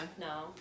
no